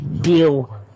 deal